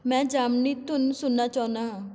ਮੈਂ ਜਾਮਨੀ ਧੁੰਦ ਸੁਣਨਾ ਚਾਹੁੰਦਾ ਹਾਂ